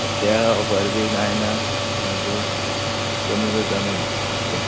सद्द्या ऑफर बी कांय ना मागीर तें कमी करता मागीर कितें तें